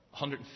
150